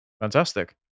Fantastic